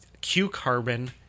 Q-Carbon